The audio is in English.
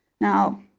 Now